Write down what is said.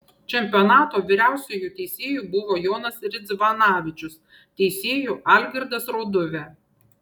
čempionato vyriausiuoju teisėju buvo jonas ridzvanavičius teisėju algirdas rauduvė